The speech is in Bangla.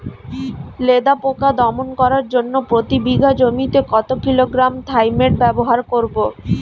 লেদা পোকা দমন করার জন্য প্রতি বিঘা জমিতে কত কিলোগ্রাম থাইমেট ব্যবহার করব?